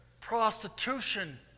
prostitution